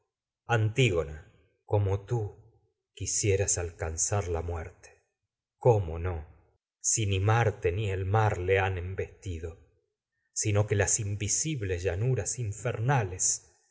antígona copio tú quisieras alcanzar la muerte cómo que no si ni marte ni el mar le han embestido sino las invisibles en llanuras infernales